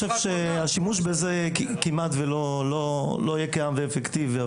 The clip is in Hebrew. השימוש בזה כמעט ולא יהיה קיים והוא לא יהיה אפקטיבי.